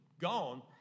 gone